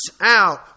out